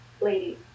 ladies